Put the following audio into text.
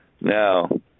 Now